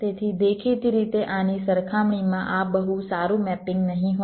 તેથી દેખીતી રીતે આની સરખામણીમાં આ બહુ સારું મેપિંગ નહીં હોય